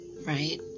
right